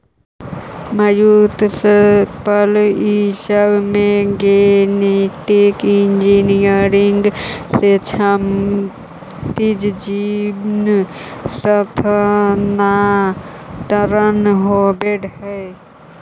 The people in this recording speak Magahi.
मत्स्यपालन ई सब में गेनेटिक इन्जीनियरिंग से क्षैतिज जीन स्थानान्तरण होब हई